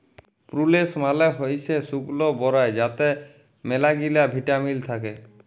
প্রুলেস মালে হইসে শুকল বরাই যাতে ম্যালাগিলা ভিটামিল থাক্যে